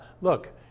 look